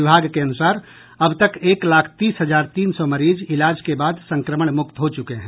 विभाग के अनुसार अब तक एक लाख तीस हजार तीन सौ मरीज इलाज के बाद संक्रमण मुक्त हो चुके हैं